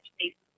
States